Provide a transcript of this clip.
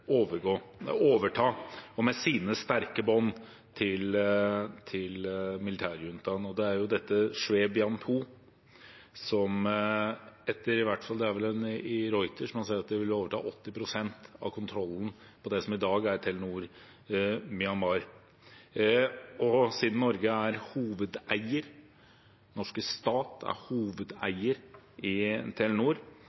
å overta, med sine sterke bånd til militærjuntaen. Reuters sier at Shwe Byain Phyu-gruppen vil overta 80 pst. av kontrollen av det som i dag er Telenor Myanmar. Siden Norge og den norske stat er